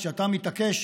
כשאתה מתעקש,